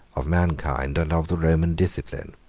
of mankind, and of the roman discipline.